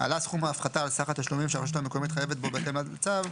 עלה סכום ההפחתה על סך התשלומים שהרשות המקומית חייבת בו בהתאם לצו,